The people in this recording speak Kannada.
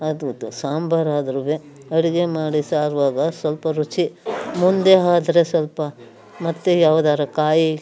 ಅದಾಯಿತು ಸಾಂಬರಾದ್ರೂ ಅಡುಗೆ ಮಾಡಿ ಸಹ ಆಗುವಾಗ ಸ್ವಲ್ಪ ರುಚಿ ಮುಂದೆ ಆದ್ರೆ ಸ್ವಲ್ಪ ಮತ್ತೆ ಯಾವುದಾರು ಕಾಯಿ